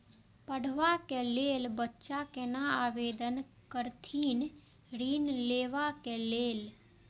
पढ़वा कै लैल बच्चा कैना आवेदन करथिन ऋण लेवा के लेल?